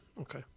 okay